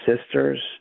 sisters